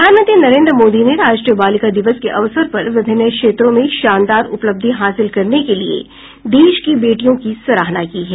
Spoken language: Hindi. प्रधानमंत्री नरेन्द्र मोदी ने राष्ट्रीय बालिका दिवस के अवसर पर विभिन्न क्षेत्रों में शानदार उपलब्धि हासिल करने के लिए देश की बेटियों की सराहना की है